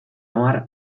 hamar